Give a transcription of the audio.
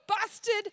busted